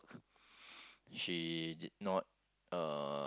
she did not uh